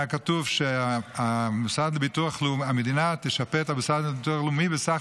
היה כתוב שהמדינה תשפה את המוסד לביטוח לאומי בסכום